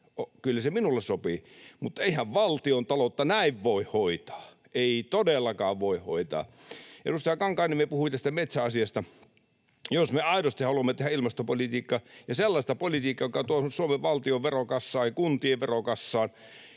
Kyllä se minulle sopii, mutta eihän valtiontaloutta näin voi hoitaa! Ei todellakaan voi hoitaa. Edustaja Kankaanniemi puhui tästä metsäasiasta: Jos me aidosti haluamme tehdä ilmastopolitiikkaa ja sellaista politiikkaa, joka tuo Suomen valtion verokassaan ja kuntien verokassaan